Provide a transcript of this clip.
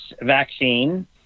vaccine